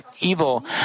evil